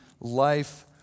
life